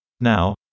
Now